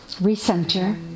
re-center